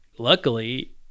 Luckily